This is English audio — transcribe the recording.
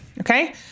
Okay